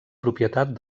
propietat